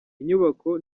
inyubako